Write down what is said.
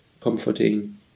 comforting